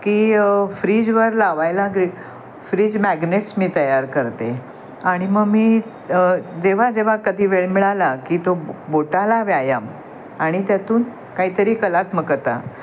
की फ्रीजवर लावायला ग्री फ्रीज मॅग्नेट्स मी तयार करते आणि मग मी जेव्हा जेव्हा कधी वेळ मिळाला की तो बोटाला व्यायाम आणि त्यातून काहीतरी कलात्मकता